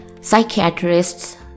psychiatrists